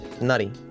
Nutty